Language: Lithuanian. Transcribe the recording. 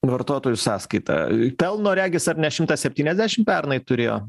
vartotojų sąskaita pelno regis ar ne šimtą septyniasdešim pernai turėjo